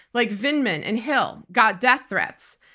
like vindman and hill, got death threats.